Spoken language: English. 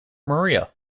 maria